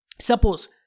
suppose